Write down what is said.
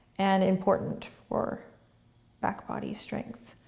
and important for back body strength.